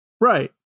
Right